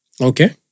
Okay